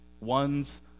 ones